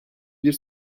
bir